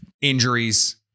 injuries